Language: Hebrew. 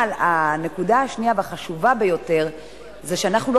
אבל הנקודה השנייה והחשובה ביותר זה שאנחנו לא